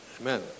Amen